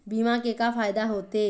बीमा के का फायदा होते?